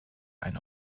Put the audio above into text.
ein